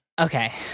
okay